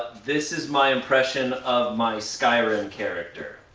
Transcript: this is my impression of my skyrim character.